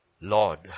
Lord